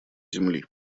земли